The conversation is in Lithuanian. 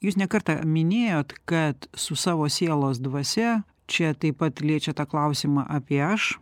jūs ne kartą minėjot kad su savo sielos dvasia čia taip pat liečia tą klausimą apie aš